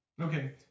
Okay